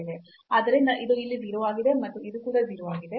ಆದ್ದರಿಂದ ಇದು ಇಲ್ಲಿ 0 ಆಗಿದೆ ಮತ್ತು ಇದು ಕೂಡ 0 ಆಗಿದೆ